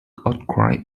outcry